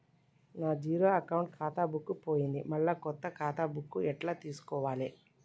నా zero account ఖాతా book పోయింది మళ్ళా కొత్త ఖాతా బుక్కు ఎట్ల తీసుకోవాలే?